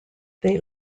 they